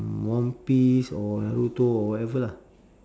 mm one piece or naruto or whatever lah